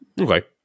okay